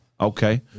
Okay